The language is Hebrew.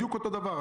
בדיוק אותו דבר.